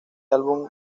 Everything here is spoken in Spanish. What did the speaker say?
álbum